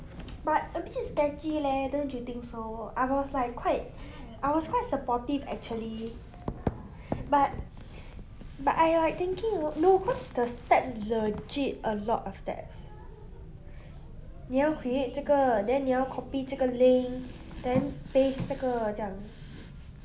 but a bit sketchy leh don't you think so I was like quite I was quite supportive actually but but !aiya! I like thinking no cause the steps legit a lot of steps 你要 create 这个 then 你要 copy 这个 link then paste 这个这样